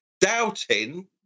doubting